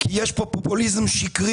כי יש פה פופוליזם שקרי.